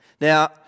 Now